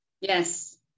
Yes